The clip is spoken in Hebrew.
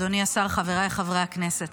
אדוני השר, חבריי חברי הכנסת,